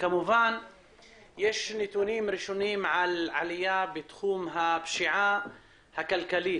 יש נתונים ראשונים על עליה בתחום הפשיעה הכלכלית,